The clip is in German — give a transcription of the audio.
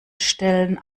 stellen